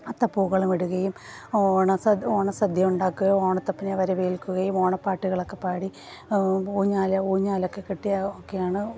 അത്തപ്പൂക്കളം ഇടുകയും ഓണസദ്യ ഓണസദ്യ ഉണ്ടാക്കുകയും ഓണത്തപ്പനെ വരവേൽക്കുകയും ഓണപ്പാട്ടുകളെക്കെ പാടി ഊഞ്ഞാൽ ഊഞ്ഞാലെക്കെ കെട്ടി ഒക്കെയാണ്